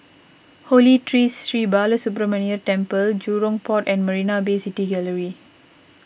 Holy Tree Sri Balasubramaniar Temple Jurong Port and Marina Bay City Gallery